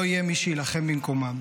לא יהיה מי שיילחם במקומם.